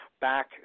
back